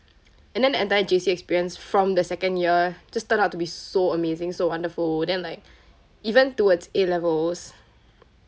and then the entire J_C experience from the second year just turned out to be so amazing so wonderful then like even towards A levels